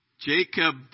Jacob